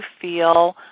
feel